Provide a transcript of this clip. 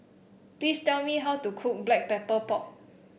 please tell me how to cook Black Pepper Pork